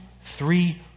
three